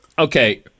Okay